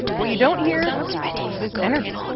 what you don't hear is energy,